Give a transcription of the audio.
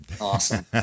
Awesome